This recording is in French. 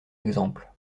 exemple